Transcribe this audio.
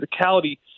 physicality